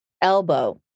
Elbow